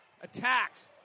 attacks